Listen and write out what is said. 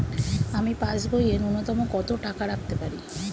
আমি পাসবইয়ে ন্যূনতম কত টাকা রাখতে পারি?